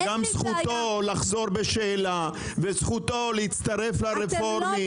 וזכותו לחזור בשאלה או להצטרף לרפורמים.